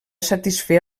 satisfer